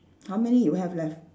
how many you have left